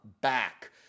back